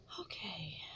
Okay